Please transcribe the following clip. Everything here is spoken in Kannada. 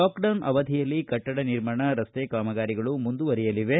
ಲಾಕ್ಡೌನ್ ಅವಧಿಯಲ್ಲಿ ಕಟ್ಟಡ ನಿರ್ಮಾಣ ರಸ್ತ ಕಾಮಗಾರಿಗಳು ಮುಂದುವರೆಯಲಿವೆ